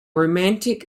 romantic